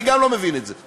אני גם לא מבין את זה.